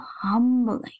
humbling